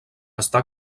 està